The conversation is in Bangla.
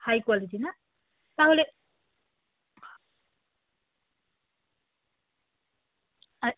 হাই কোয়ালিটি না তাহলে আচ